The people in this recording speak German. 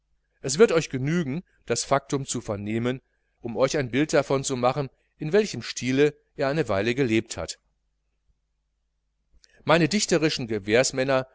es wird euch genügen das faktum zu vernehmen um euch ein bild davon zu machen in welchem stile er eine weile gelebt hat meine dichterischen